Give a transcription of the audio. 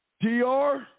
DR